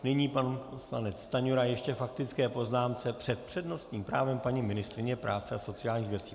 Nyní pan poslanec Stanjura ještě k faktické poznámce před přednostním právem paní ministryně práce a sociálních věcí.